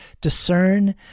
discern